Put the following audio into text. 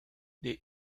they